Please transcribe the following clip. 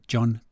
John